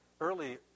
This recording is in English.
early